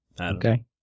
okay